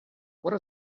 what